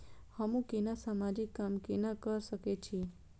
हमू केना समाजिक काम केना कर सके छी?